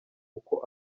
uko